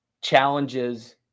challenges